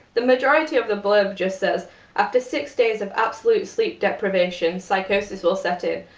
the majority of the blurb just says after six days of absolute sleep deprivation, psychosis will set in.